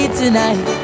tonight